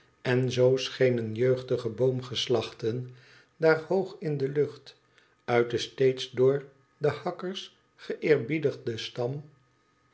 en zoo schenen jeugdige boomgeslachten daar hoog in de lucht uit den steeds door de hakkers geeerbiedigden stam